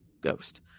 ghost